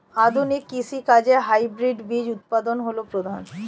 আধুনিক কৃষি কাজে হাইব্রিড বীজ উৎপাদন হল প্রধান